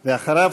ואחריו,